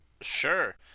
Sure